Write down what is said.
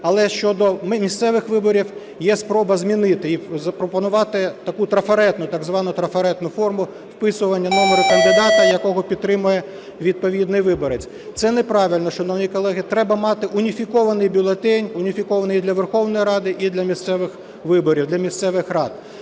Але щодо місцевих виборів, є спроба змінити і запропонувати таку трафаретну, так звану трафаретну форму, вписування номеру кандидата, якого підтримує відповідний виборець. Це неправильно, шановні колеги, треба мати уніфікований бюлетень, уніфікований і для Верховної Ради, і для місцевих виборів, для місцевих рад.